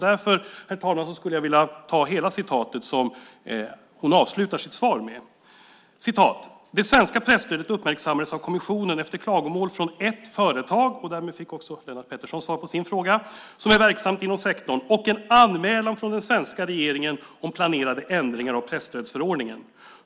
Därför skulle jag vilja citera hela slutet av hennes svar: "Det svenska presstödet uppmärksammades av kommissionen efter klagomål från ett företag" - därmed fick också Lennart Pettersson svar på sin fråga - "som är verksamt inom sektorn och en anmälan från den svenska regeringen om planerade ändringar av presstödsförordningen.